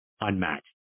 unmatched